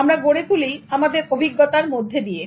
আমরা গড়ে তুলি আমাদের অভিজ্ঞতার মধ্য দিয়ে